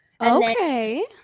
okay